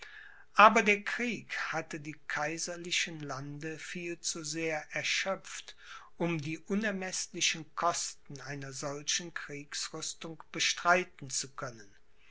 aber der krieg hatte die kaiserlichen lande viel zu sehr erschöpft um die unermeßlichen kosten einer solchen kriegsrüstung bestreiten zu können